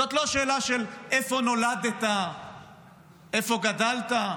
זאת לא שאלה של איפה נולדת ואיפה גדלת,